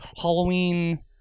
Halloween